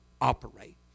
operate